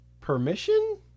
permission